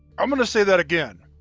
i'm gonna say that again,